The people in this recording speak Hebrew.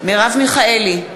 מרב מיכאלי,